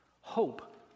Hope